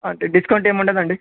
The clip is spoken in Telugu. అంటే డిస్కౌంట్ ఏం ఉండదండి